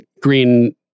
green